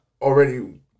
already